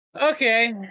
okay